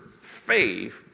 faith